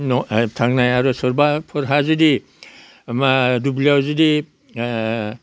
थांनाय आरो सोरबाफोरहा जुदि दुब्लियाव जुदि